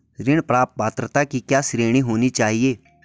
ऋण प्राप्त पात्रता की क्या श्रेणी होनी चाहिए?